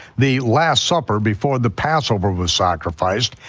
the last supper before the passover was sacrificed,